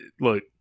look